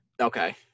Okay